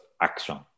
action